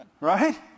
Right